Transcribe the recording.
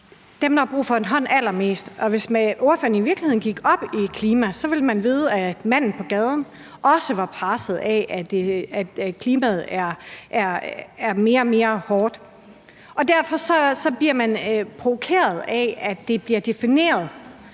allermest har brug for en hånd. Hvis ordføreren virkelig gik op i klima, ville ordføreren vide, at manden på gaden også var presset af, at klimaet er blevet mere og mere hårdt. Derfor bliver jeg provokeret af, at det bliver defineret